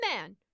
man